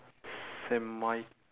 saint mi~